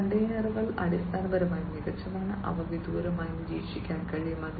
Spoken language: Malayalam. ഈ കണ്ടെയ്നറുകൾ അടിസ്ഥാനപരമായി മികച്ചതാണ് അവ വിദൂരമായി നിരീക്ഷിക്കാൻ കഴിയും